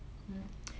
hmm